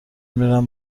میرم